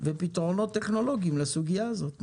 ופתרונות טכנולוגיים לסוגיה הזאת.